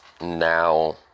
now